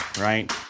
right